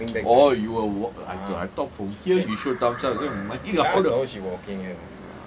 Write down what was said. oh you were w~ I thought from here you show thumbs up then makki ட:da she walking here